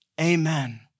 Amen